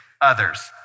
others